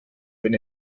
wenn